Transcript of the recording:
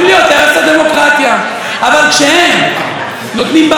אבל כשהם נותנים במה לקללות והכפשות,